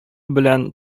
белән